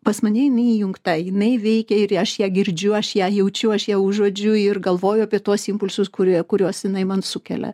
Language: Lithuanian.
pas mane jinai įjungta jinai veikia ir aš ją girdžiu aš ją jaučiu aš ją užuodžiu ir galvoju apie tuos impulsus kurie kuriuos jinai man sukelia